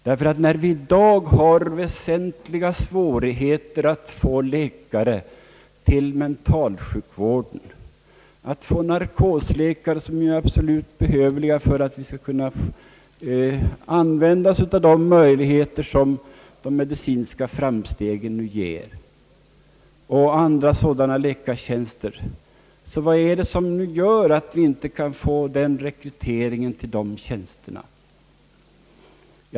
Vi har i dag väsentliga svårigheter att få läkare till mentalsjukvården och att få narkosläkare, som är absolut nödvändiga för att vi skall kunna använda oss av de möjligheter som de medicinska framstegen ger. Vad är det som gör att vi inte kan få rekrytering till de tjänsterna?